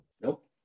Nope